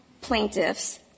plaintiffs